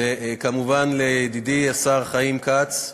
וכמובן, לידידי השר חיים כץ,